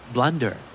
Blunder